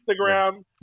Instagram